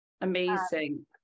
Amazing